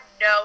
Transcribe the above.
no